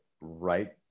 right